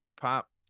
pop